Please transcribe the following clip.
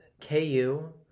KU